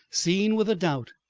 seen with a doubt,